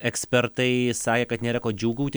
ekspertai sakė kad nėra ko džiūgauti